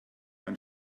mein